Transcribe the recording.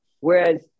Whereas